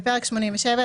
בפרק 87,